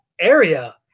area